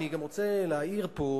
אני גם רוצה להעיר פה,